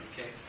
Okay